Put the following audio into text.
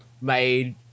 made